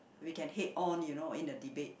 we can hate on you know in the debate